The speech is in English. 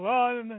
one